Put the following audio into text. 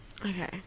Okay